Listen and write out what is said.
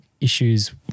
Issues